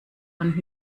und